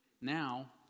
now